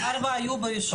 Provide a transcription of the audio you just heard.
אבל ארבעה היו באישור.